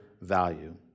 value